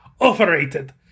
overrated